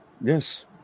Yes